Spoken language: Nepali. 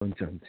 हुन्छ हुन्छ